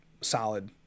solid